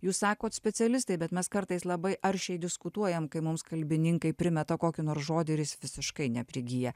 jūs sakot specialistai bet mes kartais labai aršiai diskutuojam kai mums kalbininkai primeta kokį nors žodį ir jis visiškai neprigyja